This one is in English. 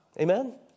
Amen